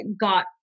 got